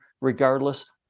regardless